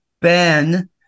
Ben